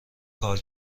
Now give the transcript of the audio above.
کار